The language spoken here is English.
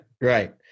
Right